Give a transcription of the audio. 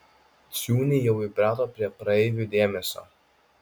ciūniai jau įprato prie praeivių dėmesio